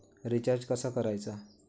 Recharge कसा करायचा?